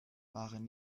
waren